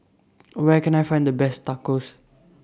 Where Can I Find The Best Tacos